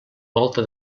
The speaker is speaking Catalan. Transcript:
volta